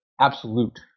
absolute